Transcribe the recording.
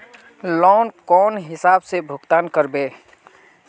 Loan कौन हिसाब से भुगतान करबे?